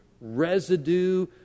residue